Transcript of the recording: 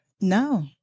No